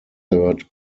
third